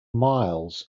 miles